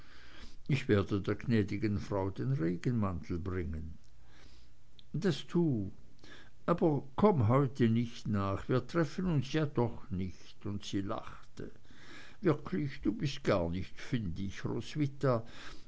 ich werde der gnäd'gen frau den regenmantel bringen das tu aber komme heute nicht nach wir treffen uns ja doch nicht und sie lachte wirklich du bist gar nicht findig roswitha